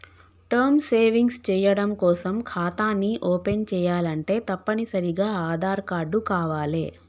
term savings చెయ్యడం కోసం ఖాతాని ఓపెన్ చేయాలంటే తప్పనిసరిగా ఆదార్ కార్డు కావాలే